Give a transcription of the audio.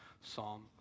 psalm